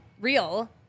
real